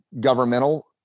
governmental